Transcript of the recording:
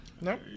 no